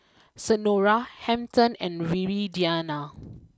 Senora Hampton and Viridiana